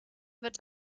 wird